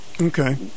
Okay